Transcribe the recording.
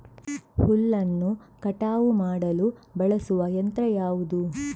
ಹುಲ್ಲನ್ನು ಕಟಾವು ಮಾಡಲು ಬಳಸುವ ಯಂತ್ರ ಯಾವುದು?